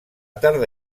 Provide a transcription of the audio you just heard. tarda